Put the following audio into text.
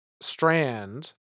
Strand